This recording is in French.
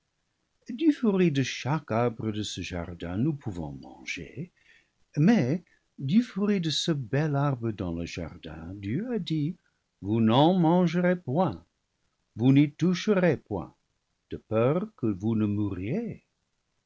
du fruit de chaque arbre de ce jardin nous pouvons manger mais du fruit de ce bel arbre dans le jardin dieu a dit vous n'en mangerez point vous n'y toucherez point de peur que vous ne mouriez